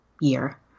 year